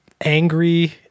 angry